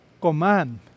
command